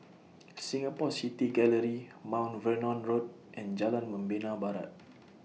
Singapore City Gallery Mount Vernon Road and Jalan Membina Barat